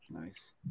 Nice